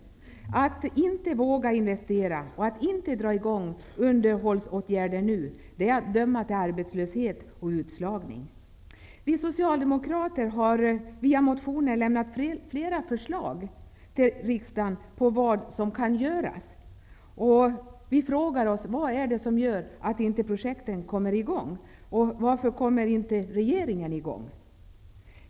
Att nu inte våga investera eller att inte dra igång underhållsåtgärder är att döma till arbetslöshet och utslagning. Vi socialdemokrater har via motioner lämnat flera förslag till riksdagen på vad som kan göras. Vi frågar oss vad det är som gör att projekten inte kommer igång, och varför kommer inte regeringen igång?